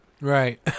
Right